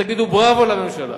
תגידו בראבו לממשלה.